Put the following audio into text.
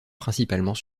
principalement